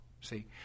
See